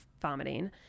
vomiting